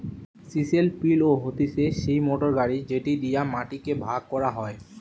chisel পিলও হতিছে সেই মোটর গাড়ি যেটি দিয়া মাটি কে ভাগ করা হয়